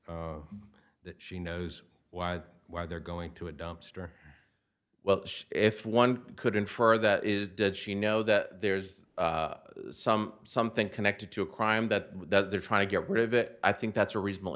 r that she knows why why they're going to a dumpster well if one could infer that is did she know that there's some something connected to a crime that they're trying to get rid of it i think that's a reasonable